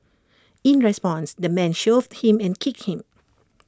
in response the man shoved him and kicked him